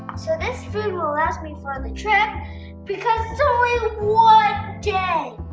so, this food will last me for the trip because so one day.